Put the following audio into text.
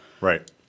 Right